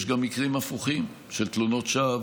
יש גם מקרים הפוכים, של תלונות שווא